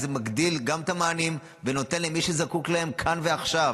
וזה מגדיל את המענים ונותן למי שזקוק להם כאן ועכשיו.